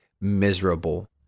miserable